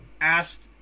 asked